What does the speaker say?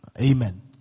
amen